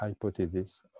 hypothesis